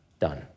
done